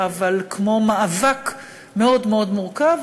אבל כמו מאבק מאוד מאוד מורכב,